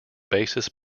basis